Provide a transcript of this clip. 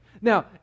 Now